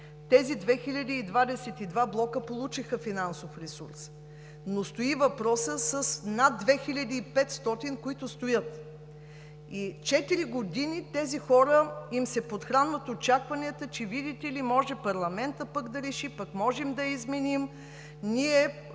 Тези 2022 блока получиха финансов ресурс, но стои въпросът с над 2500, които стоят. Четири години на тези хора се подхранват очакванията, че, видите ли, може парламентът пък да реши, пък можем да я изменим,